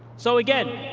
so, again,